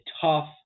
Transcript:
tough